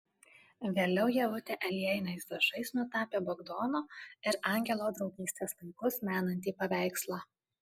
vėliau ievutė aliejiniais dažais nutapė bagdono ir angelo draugystės laikus menantį paveikslą